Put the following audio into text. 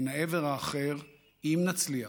מן העבר האחר, אם נצליח,